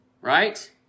Right